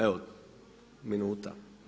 Evo, minuta.